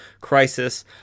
Crisis